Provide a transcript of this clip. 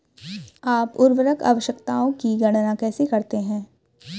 आप उर्वरक आवश्यकताओं की गणना कैसे करते हैं?